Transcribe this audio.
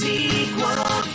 Sequel